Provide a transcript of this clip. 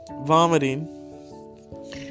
vomiting